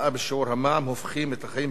הופכים את החיים בישראל לבלתי נסבלים,